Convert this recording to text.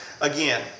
again